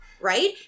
Right